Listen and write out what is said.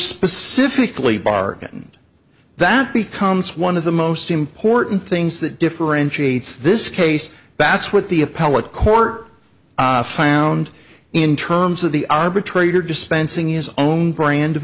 specifically bargained that becomes one of the most important things that differentiates this case that's what the appellate court found in terms of the arbitrator dispensing is own brand of